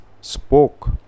spoke